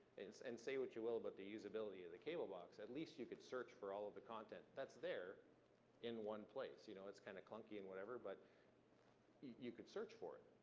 and say what you will about the usability of the cable box, at least you could search for all of the content that's there in one place. you know it's kinda clunky and whatever, but you could search for it.